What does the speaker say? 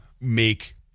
make